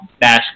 dash